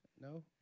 No